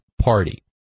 Party